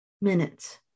minutes